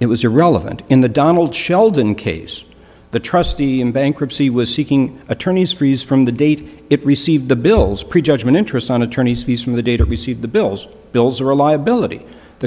it was irrelevant in the donald sheldon case the trustee in bankruptcy was seeking attorneys fees from the date it received the bills prejudgment interest on attorneys fees from the data received the bills bills or liability the